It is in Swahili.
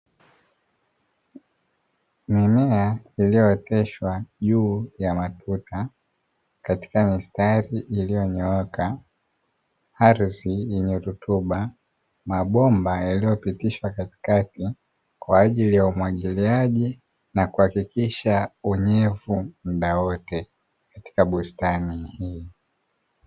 Mimea iliyooteshwa juu ya matuta katika mistari iliyonyooka, ardhi yenye rutuba, mabomba yaliyopitishwa katikati kwaajili ya umwagiliaji na kuhakikisha unyevu muda wote katika bustani hii.